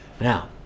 Now